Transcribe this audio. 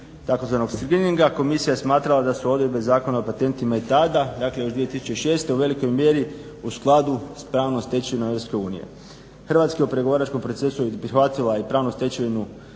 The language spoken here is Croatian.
odnosno tzv. … komisija je smatrala da su odredbe Zakona o patentima i tada, dakle još 2006. u velikoj mjeri u skladu s pravnom stečevinom Europske unije. Hrvatska je u pregovaračkom procesu prihvatila i pravnu stečevinu